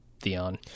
Theon